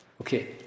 Okay